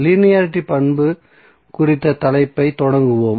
linearity பண்பு குறித்த தலைப்பைத் தொடங்குவோம்